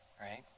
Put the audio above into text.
right